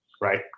right